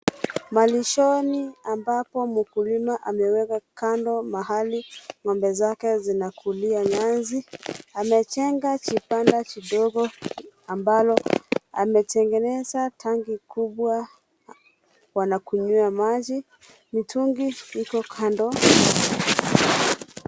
Malishoni, ambapo mkulima ameweka kando mahali ng'ombe zake zinakulia nyasi ,amejenga jibanda jidogo ambalo ametengeneza tanki kubwa wanakunyia maji, mtungi iko kando.